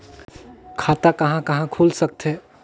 खाता कहा कहा खुल सकथे?